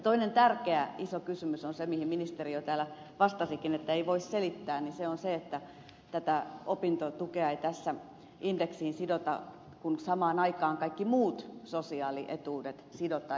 toinen tärkeä iso kysymys on se mihin ministeri jo täällä vastasikin että ei voi selittää että opintotukea ei tässä indeksiin sidota kun samaan aikaan kaikki muut sosiaalietuudet sidotaan